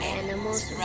animals